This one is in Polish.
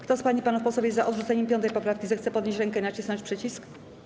Kto z pań i panów posłów jest za odrzuceniem 5. poprawki, zechce podnieść rękę i nacisnąć przycisk.